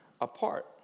apart